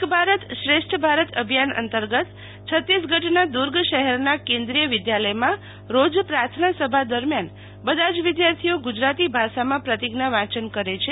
એક ભારત શ્રેષ્ઠ ભારત અભિયાન અંતર્ગત છતીસગઢના દુર્ગ શહેરના કેન્રિયોય વિદ્યાલયમાં રોજ પ્રાર્થના સભા દરમ્યાન બધા જ વિદ્યાર્થીઓ ગુજરાતી ભાષામાં પ્રતિજ્ઞા વાંયન કરે છે